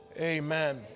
amen